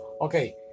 okay